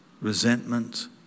resentment